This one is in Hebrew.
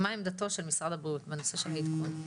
מה עמדתו של משרד הבריאות בנושא של העדכון?